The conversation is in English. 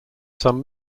some